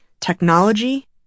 technology